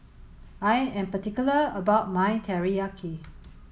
I am particular about my Teriyaki